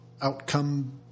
outcome